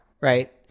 right